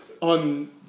on